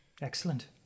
excellent